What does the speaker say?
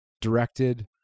directed